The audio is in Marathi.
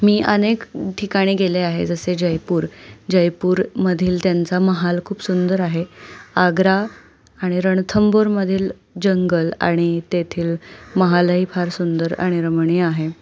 मी अनेक ठिकाणी गेले आहे जसे जयपूर जयपूरमधील त्यांचा महाल खूप सुंदर आहे आग्रा आणि रणथंबोरमधील जंगल आणि तेथील महालही फार सुंदर आणि रमणीय आहे